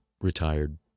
retired